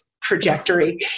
trajectory